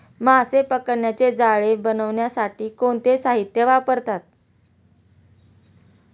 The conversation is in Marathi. मासे पकडण्याचे जाळे बनवण्यासाठी कोणते साहीत्य वापरतात?